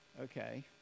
Okay